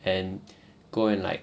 and go and like